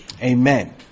Amen